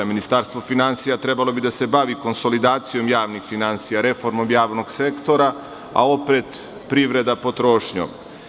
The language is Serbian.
Ministarstvo finansija trebalo bi da se bavi konsolidacijom javnih finansija, reformom javnog sektora, a opet, privreda potrošnjom.